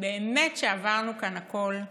באמת שעברנו כאן הכול,